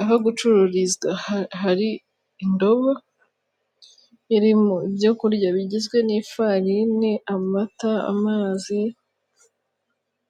Aho gucururiza hari indobo irimo ibyo kurya bigizwe n'ifarini, amata, amazi